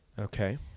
Okay